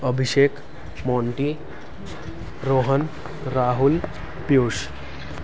Abhishek Monty Rohan Rahul Piyush